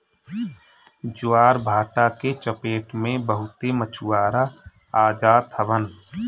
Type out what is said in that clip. ज्वारभाटा के चपेट में बहुते मछुआरा आ जात हवन